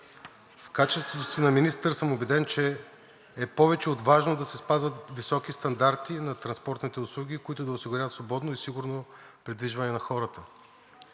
В качеството си на министър съм убеден, че е повече от важно да се спазват високи стандарти на транспортните услуги, които да осигуряват свободно и сигурно придвижване на хората.